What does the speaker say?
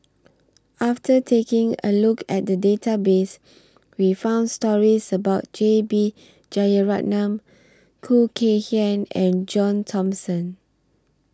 after taking A Look At The Database We found stories about J B Jeyaretnam Khoo Kay Hian and John Thomson